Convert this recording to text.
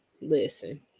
listen